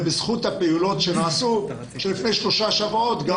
זה בזכות הפעולות שנעשו שלפני שלושה שבועות גם